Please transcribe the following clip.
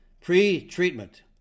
Pre-treatment